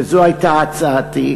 וזו הייתה הצעתי,